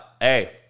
Hey